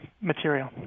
material